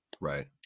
Right